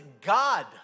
God